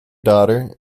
daughter